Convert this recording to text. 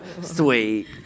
Sweet